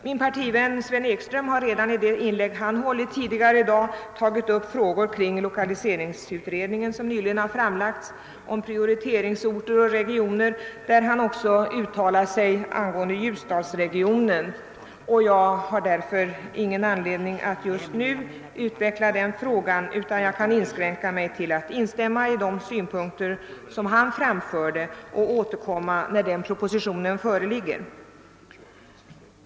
Min partivän Sven Ekström har redan i sitt inlägg tidigare i dag tagit upp frågor kring lokaliseringsutredningen, som nyligen har framlagts varvid han även uttalade sig angående Ljusdalsregionen. Jag har därför ingen anledning att just nu utveckla den frågan, utan jag kan inskränka mig till att instämma i de synpunkter som han framförde och återkomma när proposition i ämnet föreligger.